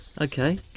Okay